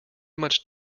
much